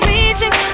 Reaching